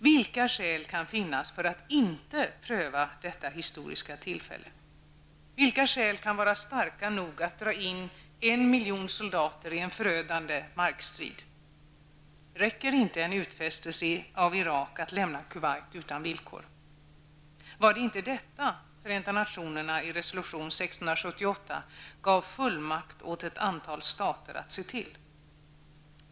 Vilka skäl kan finnas för att inte pröva detta historiska tillfälle? Vilka skäl kan vara starka nog att dra in en miljon soldater i en förödande markstrid? Räcker inte en utfästelse av Irak att lämna Kuwait utan villkor? Var det inte detta Förenta nationerna i resolution 678 gav fullmakt åt ett antal stater att se till?